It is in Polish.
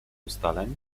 ustaleń